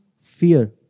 fear